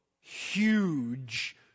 huge